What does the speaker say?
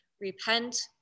Repent